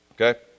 okay